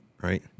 right